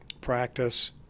practice